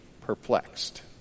perplexed